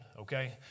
Okay